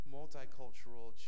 Multicultural